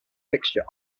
fixture